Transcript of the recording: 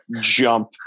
Jump